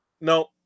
no